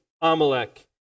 Amalek